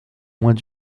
moins